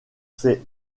ses